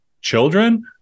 children